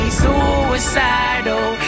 suicidal